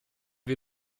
wir